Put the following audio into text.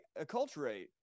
acculturate